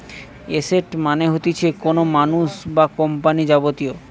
asset মানে হতিছে কোনো মানুষ বা কোম্পানির যাবতীয়